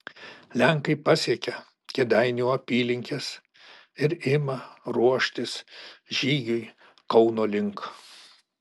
lenkai pasiekia kėdainių apylinkes ir ima ruoštis žygiui kauno link